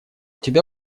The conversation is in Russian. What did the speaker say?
тебя